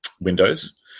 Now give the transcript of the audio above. Windows